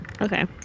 okay